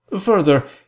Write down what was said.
Further